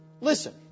Listen